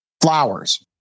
Flowers